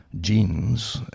genes